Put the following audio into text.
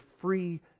free